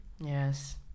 Yes